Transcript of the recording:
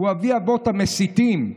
הוא אבי-אבות המסיתים.